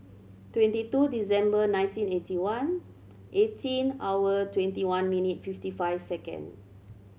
twenty two December nineteen eighty one eighteen hour twenty one minute fifty five seconds